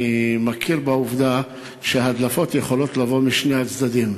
אני מכיר בעובדה שהדלפות יכולות לבוא משני הצדדים,